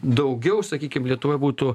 daugiau sakykim lietuvoje būtų